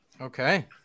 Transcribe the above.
Okay